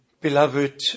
Beloved